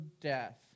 death